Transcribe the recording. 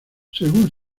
según